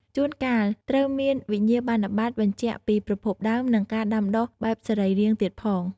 ជួនកាលត្រូវមានវិញ្ញាបនបត្របញ្ជាក់ពីប្រភពដើម និងការដាំដុះបែបសរីរាង្គទៀតផង។